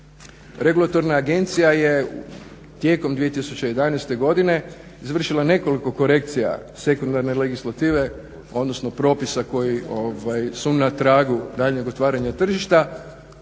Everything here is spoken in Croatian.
Regulatorna agencija je tijekom 2011. godine izvršila nekoliko korekcija sekundarne legislative, odnosno propisa koji su na tragu daljnjeg otvaranja tržišta,